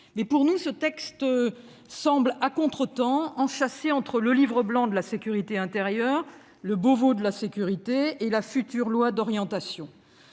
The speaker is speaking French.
Mais, pour nous, ce texte semble à contretemps, enchâssé entre le Livre blanc de la sécurité intérieure, le Beauvau de la sécurité et la future loi d'orientation.